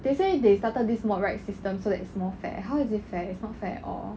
they say they started this mod right system so that is more fair how is it fair it's not fair at all